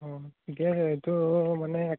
অঁ ঠিকে আছে এইটো মানে এক